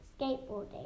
skateboarding